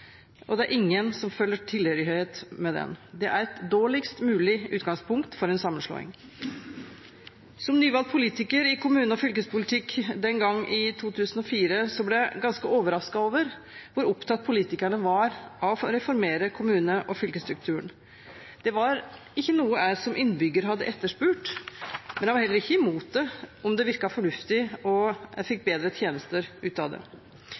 kalles den, og ingen føler tilhørighet til den – et dårligst mulig utgangspunkt for sammenslåing. Som nyvalgt politiker i kommune- og fylkespolitikken den gang i 2004, ble jeg ganske overrasket over hvor opptatt politikerne var av å reformere kommune- og fylkesstrukturen. Det var ikke noe jeg som innbygger hadde etterspurt, men jeg var heller ikke imot det om det virket fornuftig, og om jeg fikk bedre tjenester ut av det.